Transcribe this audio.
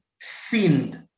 sinned